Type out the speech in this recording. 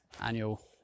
annual